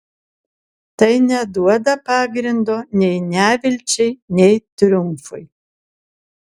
tai neduoda pagrindo nei nevilčiai nei triumfui